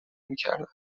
میکردند